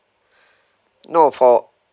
no for